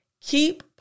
Keep